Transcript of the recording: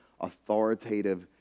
authoritative